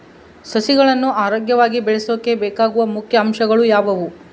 ಸಸಿಗಳನ್ನು ಆರೋಗ್ಯವಾಗಿ ಬೆಳಸೊಕೆ ಬೇಕಾಗುವ ಮುಖ್ಯ ಅಂಶಗಳು ಯಾವವು?